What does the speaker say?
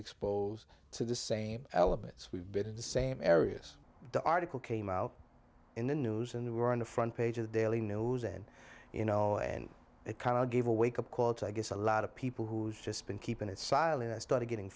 exposed to the same elements we've been the same areas the article came out in the news and they were on the front page of the daily news and you know and it kind of gave a wake up call to i guess a lot of people who's just been keeping it silent i started getting